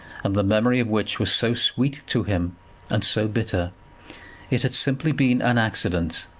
and the memory of which was so sweet to him and so bitter it had simply been an accident.